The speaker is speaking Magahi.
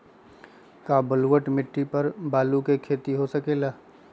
का बलूअट मिट्टी पर आलू के खेती हो सकेला?